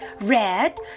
red